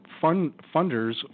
funders